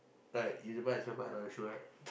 right you might as well buy another shoe right